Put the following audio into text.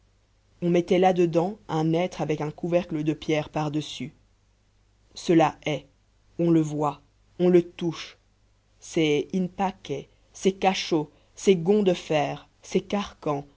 on mettait là dedans un être avec un couvercle de pierre par-dessus cela est on le voit on le touche ces in pace ces cachots ces gonds de fer ces carcans